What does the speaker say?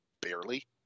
barely